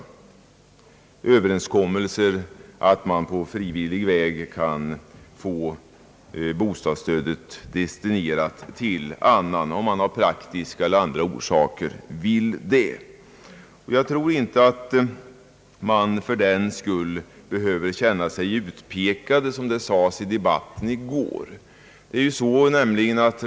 Sådana överenskommelser kan gå ut på att man på frivillig väg kan få bostadsstödet destinerat till annan, om man av praktiska eller andra skäl vill det. Jag tror inte att man fördenskull behöver känna sig utpekad, som det sades i debatten i går.